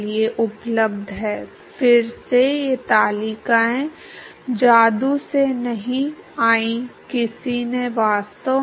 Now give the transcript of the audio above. तो यह अवलोकन का एक महत्वपूर्ण टुकड़ा है